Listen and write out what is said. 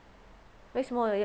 为什么